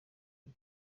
iri